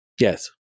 Yes